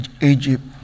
Egypt